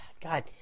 God